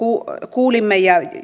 kuulimme ja